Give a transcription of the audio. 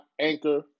Anchor